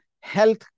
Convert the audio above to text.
health